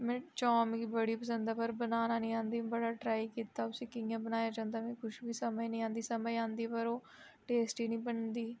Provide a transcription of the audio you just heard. में चाम्प मिगी बड़ी पसंद ऐ पर बनाना नीं आंदी बड़ा ट्राई कीता उसी कियां बनाया जंदा मीं कुछ बी समझ नीं आंदी समझ आंदी पर ओह् टेस्टी नी बनदी